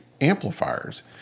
amplifiers